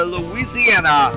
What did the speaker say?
Louisiana